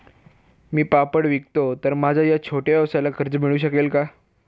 मी पापड विकतो तर माझ्या या छोट्या व्यवसायाला कर्ज मिळू शकेल का?